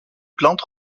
plante